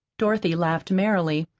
dorothy laughed merrily.